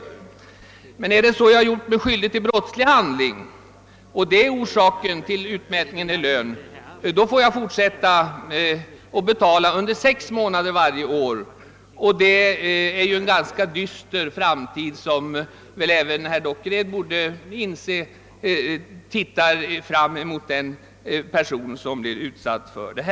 Om man emellertid gjort sig skyldig till brottslig handling och denna ligger till grund för utmätning i lön, får man fortsätta att betala under sex Månader varje år. Även herr Dockered borde inse att den person som blir utsatt för detta går en ganska dyster framtid till mötes.